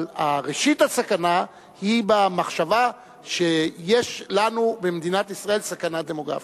אבל ראשית הסכנה היא במחשבה שיש לנו במדינת ישראל סכנה דמוגרפית.